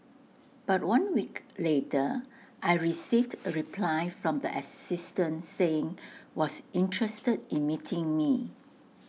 but one week later I received A reply from the assistant saying was interested in meeting me